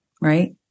Right